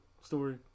story